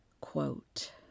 Quote